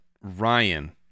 Ryan